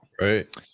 Right